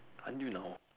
until now